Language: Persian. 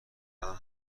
الان